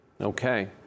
Okay